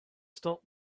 stop